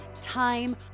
time